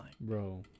Bro